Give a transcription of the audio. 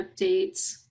updates